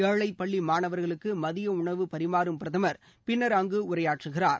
ஏழை பள்ளி மாணவர்களுக்கு மதிய உணவு பரிமாறும் பிரதமர் பின்னர் அங்கு உரையாற்றுகிறார்